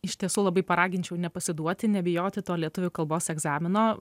iš tiesų labai paraginčiau nepasiduoti nebijoti to lietuvių kalbos egzamino